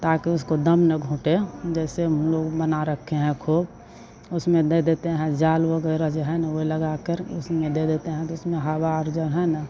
ताकि उसको दम ना घुटे जैसे हम लोग बना रखे हैं खोब उसमें दै देते हैं जाल वगैरह जो है न वही लगाकर उसमें दे देते हैं तो उसमें हवा और जो है न